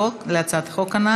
להצעת החוק,